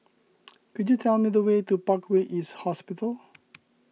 could you tell me the way to Parkway East Hospital